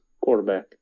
quarterback